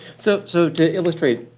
so so to illustrate,